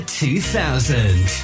2000